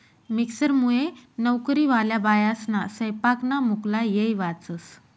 मिक्सरमुये नवकरीवाल्या बायास्ना सैपाकना मुक्ला येय वाचस